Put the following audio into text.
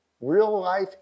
real-life